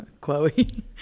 Chloe